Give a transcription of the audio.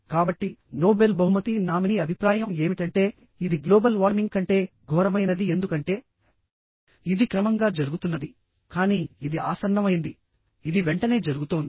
కాబట్టి నోబెల్ బహుమతి నామినీ అభిప్రాయం ఏమిటంటే ఇది గ్లోబల్ వార్మింగ్ కంటే ఘోరమైనది ఎందుకంటే ఇది క్రమంగా జరుగుతున్నది కానీ ఇది ఆసన్నమైంది ఇది వెంటనే జరుగుతోంది